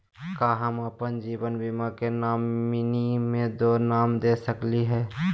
का हम अप्पन जीवन बीमा के नॉमिनी में दो नाम दे सकली हई?